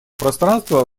пространства